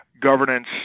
governance